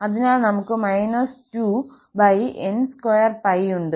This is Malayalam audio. അതിനാൽ നമുക് 2n2𝜋 ഉണ്ട്